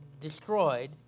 destroyed